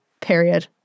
period